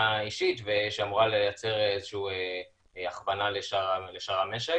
אישית שאמורה לייצר הכוונה לשאר המשק.